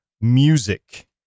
music